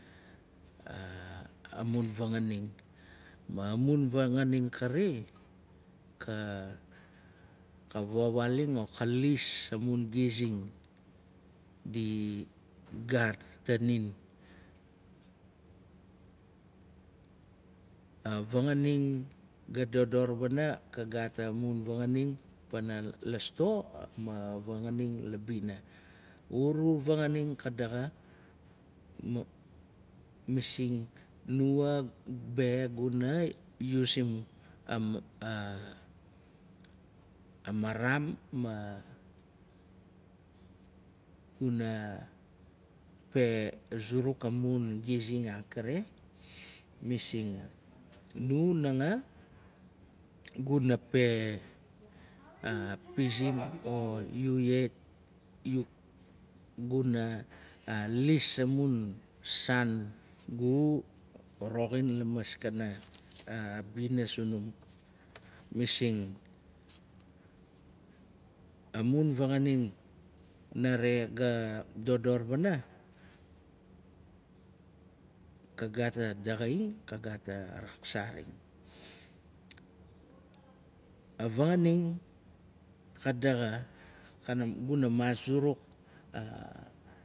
Amun vanganing. Amun fanganing kari. ka vawaaling o lis amun gizing, o igaat tanin. A vanganing ga dodor wana. ka gaat amun fanganing pana la sto. ma vanganing la bina. Unu fanganing ka daxa, masing nua be guna yusim a maraam ma guna pe zuruk amun gizing ang kare. Masing nu nanga guna pe pizik. o yu yet guna lis amun saan gu roxin lamaskana bina zunum. Masing amun vanganing nare ga dodor wana ka gaat a daxaing ka gaat a raksaring. A vanganing ka daxa guna maas zuruk